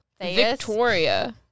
Victoria